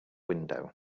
window